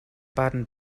baden